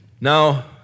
Now